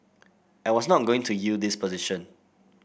I was not going to yield this position